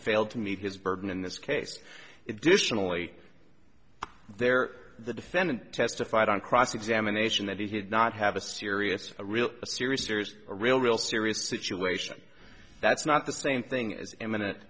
failed to meet his burden in this case it differently there the defendant testified on cross examination that he did not have a serious a real serious serious or real real serious situation that's not the same thing as imminent